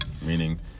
meaning